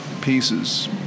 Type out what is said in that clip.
pieces